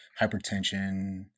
hypertension